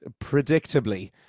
predictably